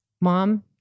mom